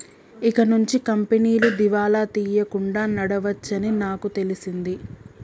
ఇకనుంచి కంపెనీలు దివాలా తీయకుండా నడవవచ్చని నాకు తెలిసింది